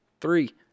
three